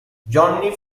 johnny